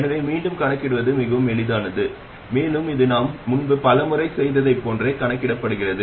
எனவே மீண்டும் கணக்கிடுவது மிகவும் எளிதானது மேலும் இது நாம் முன்பு பலமுறை செய்ததைப் போன்றே கணக்கிடப்படுகிறது